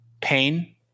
pain